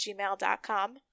gmail.com